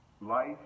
life